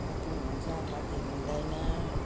कति हुन्छ कति हुँदैन